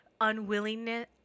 unwillingness